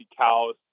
cows